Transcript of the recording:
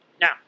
now